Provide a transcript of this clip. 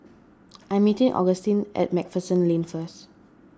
I'm meeting Augustine at MacPherson Lane first